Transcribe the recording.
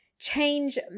Change